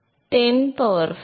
மாணவர் 2 இன் 10 பவர் 5